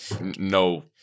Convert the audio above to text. no